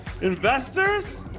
Investors